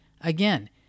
again